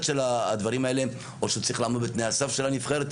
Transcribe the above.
של הדברים האלה או שהוא צריך לעמוד בתנאי הסף של הנבחרת.